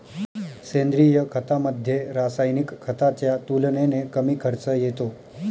सेंद्रिय खतामध्ये, रासायनिक खताच्या तुलनेने कमी खर्च येतो